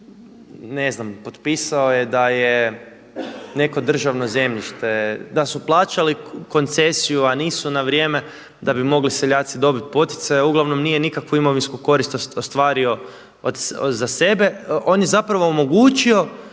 ne znam potpisao je da je neko državno zemljište, da su plaćali koncesiju a nisu na vrijeme da bi mogli seljaci dobiti poticaja, uglavnom nije nikakvu imovinsku korist ostvario za sebe. On je zapravo omogućio